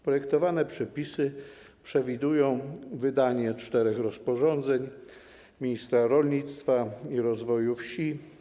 Projektowane przepisy przewidują wydanie czterech rozporządzeń ministra rolnictwa i rozwoju wsi.